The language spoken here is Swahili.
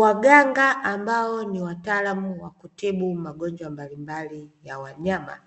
Waganga ambao ni wataalamu wa kutibu magonjwa mbalimbali ya wanyama,